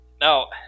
Now